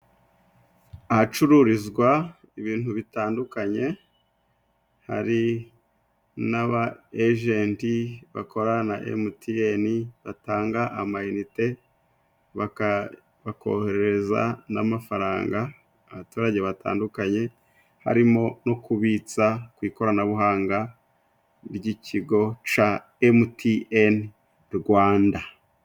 Ahacururizwa ibintu bitandukanye， hari n'aba ejenti bakorana na emutiyene batanga amanite，bakohereza amafaranga abaturage batandukanye，harimo no kubitsa ku ikoranabuhanga ry'ikigo ca emutiyeni Rwanda.